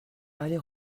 aller